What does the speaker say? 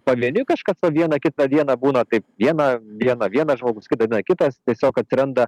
pavieniui kažkas va vieną kitą dieną būna taip vieną dieną vienas žmogus kitą dieną kitas tiesiog atranda